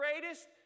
greatest